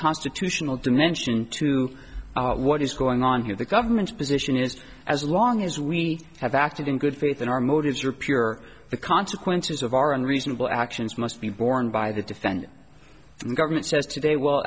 constitutional dimension to what is going on here the government's position is as long as we have acted in good faith in our motives are pure the consequences of our unreasonable actions must be borne by the defendant the government says today well